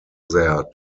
there